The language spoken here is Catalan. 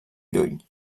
llull